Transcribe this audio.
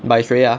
by 谁 ah